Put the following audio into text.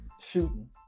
shooting